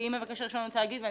כי אם מבקש הרישיון הוא תאגיד ואני